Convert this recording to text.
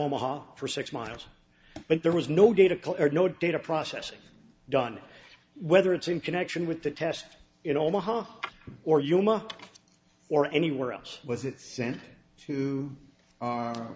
omaha for six miles but there was no data colored no data processing done whether it's in connection with the test in omaha or yuma or anywhere else was it sent to